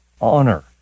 honor